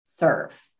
serve